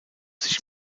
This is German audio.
sich